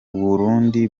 burundi